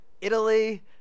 Italy